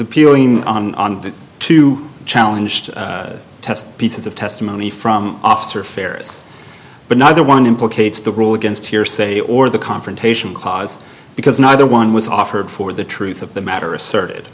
appealing to challenge to test pieces of testimony from officer faris but neither one implicates the rule against hearsay or the confrontation clause because neither one was offered for the truth of the matter asserted